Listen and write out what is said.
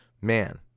man